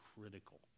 critical